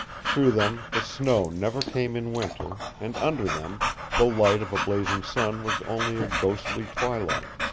through them the snow never came in winter, and under them the light of a blazing sun was only a ghostly twilight.